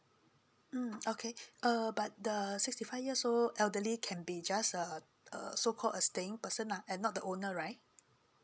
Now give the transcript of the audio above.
mm okay err but the sixty five years old elderly can be just a a so call a staying person lah and not the owner right